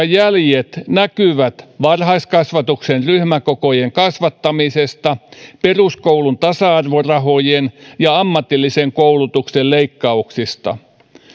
jäljet näkyvät varhaiskasvatuksen ryhmäkokojen kasvattamisesta peruskoulun tasa arvorahojen ja ammatillisen koulutuksen leikkauksista